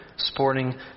sporting